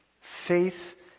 Faith